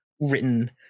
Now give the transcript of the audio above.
written